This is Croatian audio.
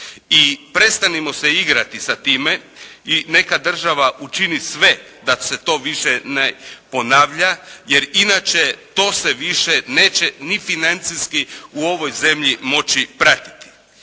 I prestanimo se igrati sa time i neka država učini sve da se to više ne ponavlja jer inače to se više neće ni financijski u ovoj zemlji moći pratiti.